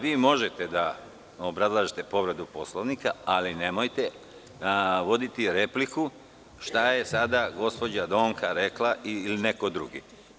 Vi možete da obrazlažete povredu Poslovnika, ali nemojte voditi repliku šta je sada gospođa Donka rekla ili neko drugi.